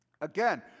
Again